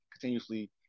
continuously